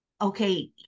okay